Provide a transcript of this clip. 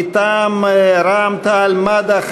מטעם רע"ם-תע"ל-מד"ע,